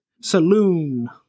saloon